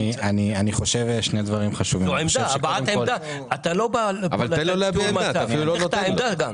אני רוצה לשמוע את העמדה שלך.